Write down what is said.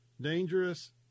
Dangerous